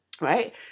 Right